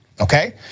okay